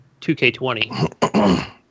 2K20